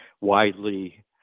widely